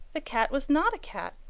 the cat was not a cat,